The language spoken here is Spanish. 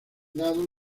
dados